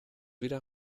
wieder